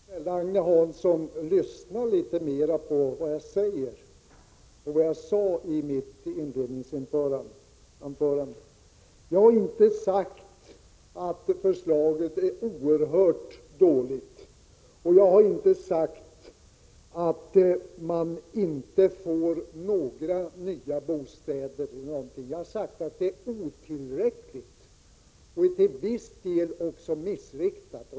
Herr talman! Snälla Agne Hansson, lyssna litet mera på vad jag säger och vad jag sade i mitt inledningsanförande! Jag har inte sagt att regeringsförslaget är oerhört dåligt, och jag har inte sagt att man inte får några nya bostäder, utan jag har sagt att förslaget är otillräckligt och till viss del också missriktat.